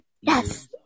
Yes